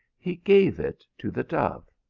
he gave it to the dove.